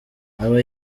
aba